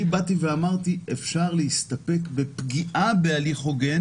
אני אמרתי שאפשר להסתפק בפגיעה בהליך הוגן